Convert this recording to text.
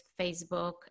Facebook